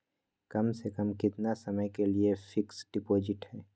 कम से कम कितना समय के लिए फिक्स डिपोजिट है?